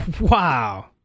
Wow